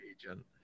agent